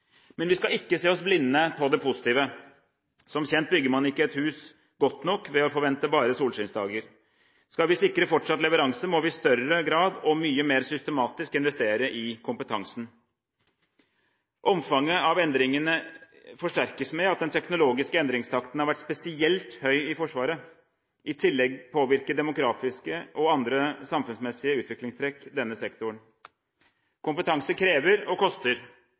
Vi skal ikke se oss blinde på det positive. Som kjent bygger man ikke et hus godt nok ved å forvente bare solskinnsdager. Skal vi sikre fortsatt leveranse, må vi i større grad og mye mer systematisk investere i kompetansen. Omfanget av endringene forsterkes ved at den teknologiske endringstakten har vært spesielt høy i Forsvaret. I tillegg påvirker demografiske og andre samfunnsmessige utviklingstrekk denne sektoren. Kompetanse krever og koster.